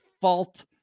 fault